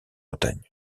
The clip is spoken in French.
bretagne